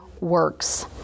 works